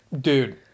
Dude